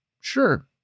Sure